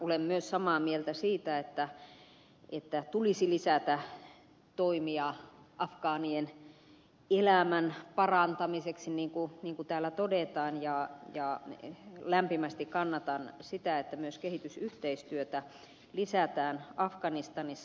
olen myös samaa mieltä siitä että tulisi lisätä toimia afgaanien elämän parantamiseksi niin kuin täällä todetaan ja lämpimästi kannatan sitä että myös kehitysyhteistyötä lisätään afganistanissa